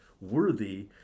worthy